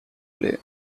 play